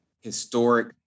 historic